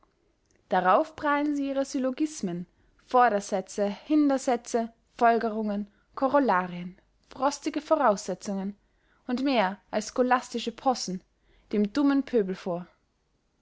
darauf prahlen sie ihre syllogismen vordersätze hindersätze folgerungen corollarien frostige voraussetzungen und mehr als scholastische possen dem tummen pöbel vor